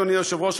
אדוני היושב-ראש,